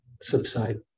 subside